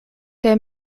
der